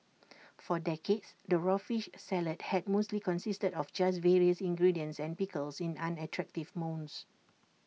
for decades the raw fish salad had mostly consisted of just various ingredients and pickles in unattractive mounds